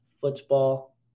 football